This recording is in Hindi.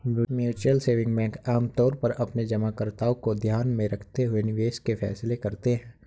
म्यूचुअल सेविंग बैंक आमतौर पर अपने जमाकर्ताओं को ध्यान में रखते हुए निवेश के फैसले करते हैं